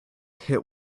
hit